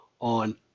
on